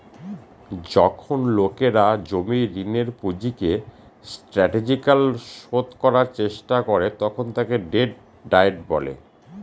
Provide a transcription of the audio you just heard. যখন লোকেরা জমির ঋণের পুঁজিকে স্ট্র্যাটেজিকালি শোধ করার চেষ্টা করে তখন তাকে ডেট ডায়েট বলে